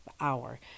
hour